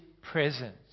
presence